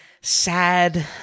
sad